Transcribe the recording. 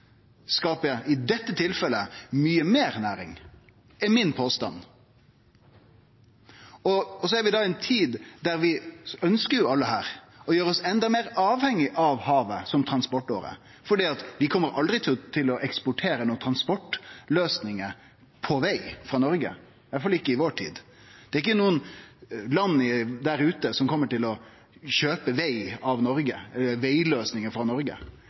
skaper næring. Å byggje skip skaper i dette tilfellet mykje meir næring. Det er påstanden min. Vi er i ei tid kor vi alle her ønskjer å gjere oss enda meir avhengige av havet som transportåre, for vi kjem aldri til å eksportere nokre transportløysingar når det gjeld veg frå Noreg, iallfall ikkje i vår tid. Det er ikkje noko land der ute som kjem til å kjøpe vegløysingar frå Noreg.